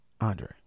andre